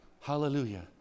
Hallelujah